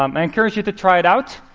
um i encourage you to try it out.